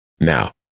Now